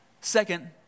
Second